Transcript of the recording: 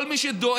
כל מי שדואג